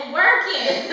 working